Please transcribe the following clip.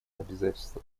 обязательства